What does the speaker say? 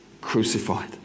crucified